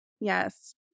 Yes